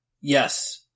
Yes